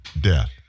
death